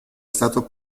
stato